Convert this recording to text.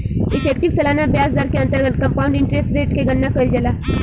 effective सालाना ब्याज दर के अंतर्गत कंपाउंड इंटरेस्ट रेट के गणना कईल जाला